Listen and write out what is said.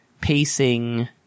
pacing